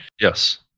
Yes